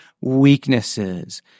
weaknesses